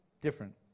Different